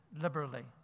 liberally